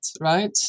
right